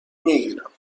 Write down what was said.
میگیرم